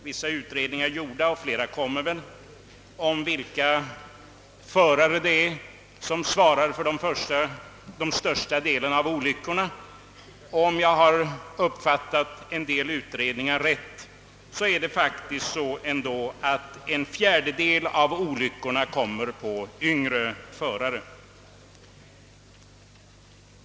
Vissa undersökningar har gjorts och flera kommer väl om vilka förare det är som svarar för största delen av olyckorna. Om jag uppfattat en del utredningar rätt, är det ändå så, att en fjärdedel av olyckorna orsakas av yngre förare.